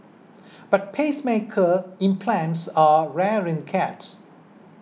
but pacemaker implants are rare in cats